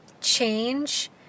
change